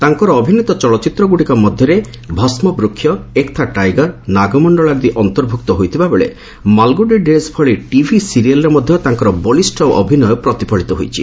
ତାଙ୍କର ଅଭିନୀତ ଚଳଚ୍ଚିତ୍ରଗୁଡ଼ିକ ମଧ୍ୟରେ ଭସ୍କବୃକ୍ଷ ଏକ୍ ଥା ଟାଇଗର୍ ନାଗମଣ୍ଡଳ ଆଦି ଅନ୍ତର୍ଭୁକ୍ତ ହୋଇଥିବାବେଳେ ମାଲ୍ଗ୍ରଡ଼ି ଡେଜ୍ ଭଳି ଟିଭି ସିରିଏଲ୍ରେ ମଧ୍ୟ ତାଙ୍କର ବଳିଷ୍ଠ ଅଭିନୟ ପ୍ରତିଫଳିତ ହୋଇଛି